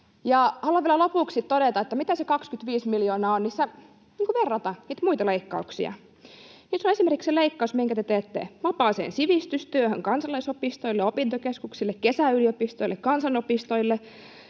haluan vielä lopuksi todeta, mitä se 25 miljoonaa on, niin kuin verrata niitä muita leikkauksia: se on esimerkiksi leikkaus, minkä te teette vapaaseen sivistystyöhön kansalaisopistoille, opintokeskuksille, kesäyliopistoille, kansanopistoille,